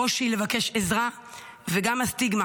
קושי לבקש עזרה וגם הסטיגמה